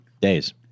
days